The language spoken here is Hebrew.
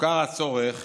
הוכר הצורך